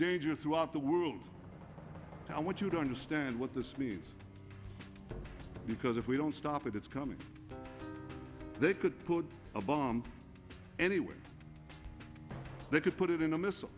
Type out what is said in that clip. danger throughout the world i want you to understand what this means because if we don't stop it it's coming they could put a bomb anywhere they could put it in a missile